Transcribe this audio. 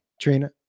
Trina